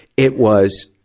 it was,